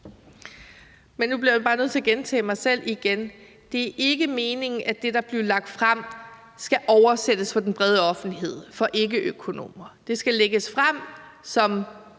Men nu bliver jeg bare nødt til at gentage mig selv igen: Det er ikke meningen, at det, der bliver lagt frem, skal oversættes for den brede offentlighed og for ikkeøkonomer. Det skal lægges frem, som